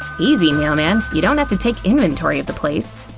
easy mailman, you don't have to take inventory of the place!